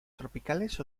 tropicales